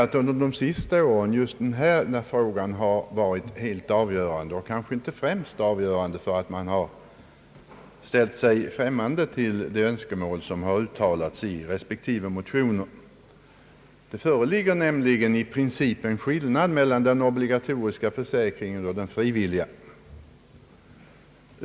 Nu tror jag inte att just denna fråga har varit helt avgörande och kanske inte främst avgörande för att man under de senaste åren ställt sig främmande till de önskemål som har uttalats i motionerna. Det föreligger nämligen i princip en skillnad mellan den obligatoriska försäkringen och den frivilliga.